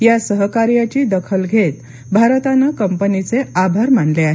या सहकार्याची दखल घेत भारतानं कंपनीचे आभार मानले आहेत